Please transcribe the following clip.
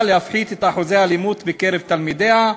להפחית את אחוזי האלימות בקרב תלמידיה,